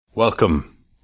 Welcome